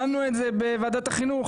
דנו בזה בוועדת החינוך,